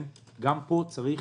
גם פה צריך